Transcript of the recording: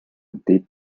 deep